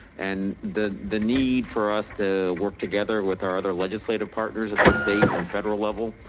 and the the need for us to work together with our other legislative partners at the state and federal level,